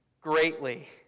Greatly